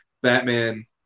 Batman